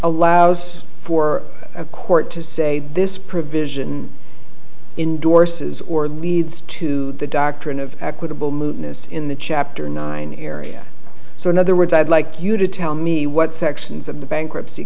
allows for a court to say this provision indorse is or leads to the doctrine of equitable moodiness in the chapter nine area so in other words i'd like you to tell me what sections of the bankruptcy